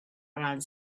around